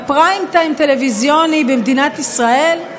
בפריים טיים טלוויזיוני במדינת ישראל,